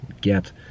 get